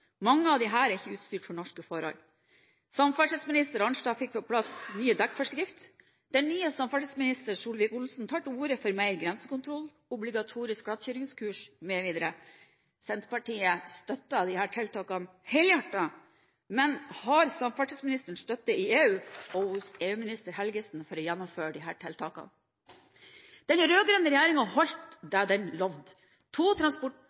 Mange av disse er ikke utstyrt for norske forhold. Tidligere samferdselsminister Arnstad fikk på plass nye dekkforskrifter. Den nye samferdselsministeren, Solvik-Olsen, tar til orde for mer grensekontroll, obligatorisk glattkjøringskurs mv. Senterpartiet støtter disse tiltakene helhjertet. Men har samferdselsministeren støtte i EU og hos EU-minister Helgesen for å gjennomføre disse tiltakene? Den rød-grønne regjeringen holdt det den lovde: To